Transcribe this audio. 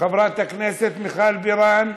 חברת הכנסת מיכל בירן,